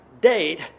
date